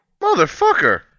Motherfucker